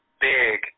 big